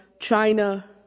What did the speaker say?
China